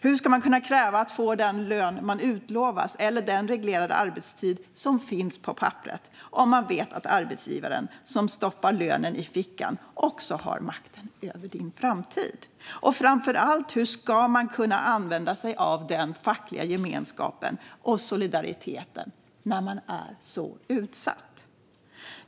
Hur ska man kunna kräva att få den lön man utlovats eller den reglerade arbetstid som finns på papperet om man vet att arbetsgivaren som stoppar lönen i fickan också har makten över ens framtid? Och framför allt: Hur ska man kunna använda sig av den fackliga gemenskapen och solidariteten när man är så utsatt?